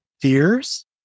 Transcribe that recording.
fears